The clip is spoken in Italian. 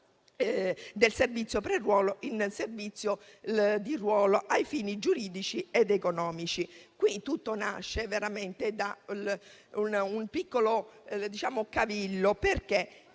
del servizio pre-ruolo in servizio di ruolo ai fini giuridici ed economici. Qui tutto nasce veramente da un piccolo cavillo, perché